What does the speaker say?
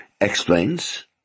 explains